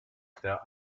der